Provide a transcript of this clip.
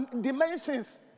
dimensions